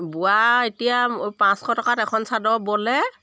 বোৱা এতিয়া পাঁচশ টকাত এখন চাদৰ বোলে